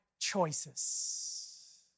choices